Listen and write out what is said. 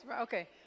okay